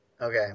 Okay